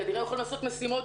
כנראה יכולים לעשות משימות.